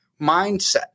mindset